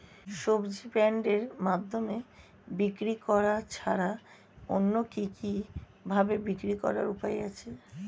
সবজি বন্ডের মাধ্যমে বিক্রি করা ছাড়া অন্য কি কি ভাবে বিক্রি করার উপায় আছে?